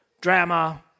drama